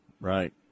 Right